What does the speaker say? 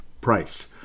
price